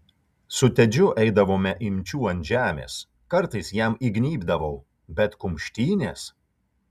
su tedžiu eidavome imčių ant žemės kartais jam įgnybdavau bet kumštynės